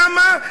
למה?